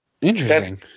Interesting